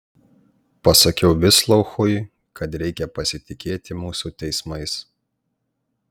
pasakiau vislouchui kad reikia pasitikėti mūsų teismais